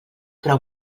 prou